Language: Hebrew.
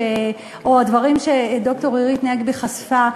או הדברים שד"ר עירית נגבי חשפה,